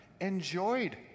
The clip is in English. enjoyed